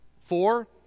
Four